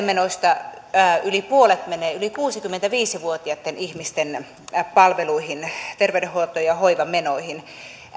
menoista yli puolet menee yli kuusikymmentäviisi vuotiaitten ihmisten palveluihin terveydenhuolto ja hoivamenoihin